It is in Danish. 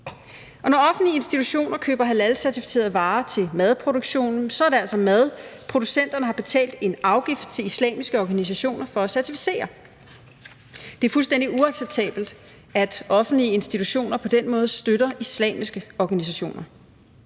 når offentlige institutioner køber halalcertificerede varer til madproduktion, er det altså mad, som producenterne har betalt en afgift til islamiske organisationer for at certificere. Det er fuldstændig uacceptabelt, at offentlige institutioner på den måde støtter islamiske organisationer.